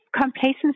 complacency